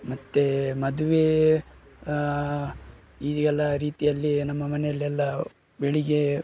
ಮತ್ತು ಮದುವೆ ಈ ಎಲ್ಲ ರೀತಿಯಲ್ಲಿ ನಮ್ಮ ಮನೆಯಲ್ಲೆಲ್ಲ ಬೆಳಗ್ಗೆ